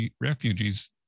refugees